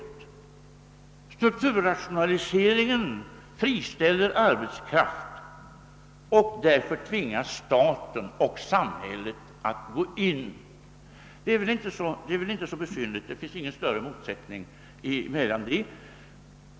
Strukturrationaliseringen friställer arbetskraft, ach därför tvingas samhället att träda in. Det är väl inte så besynnerligt. Det finns ingen större motsättning på den punkten.